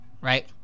right